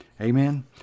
Amen